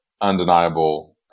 undeniable